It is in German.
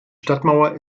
stadtmauer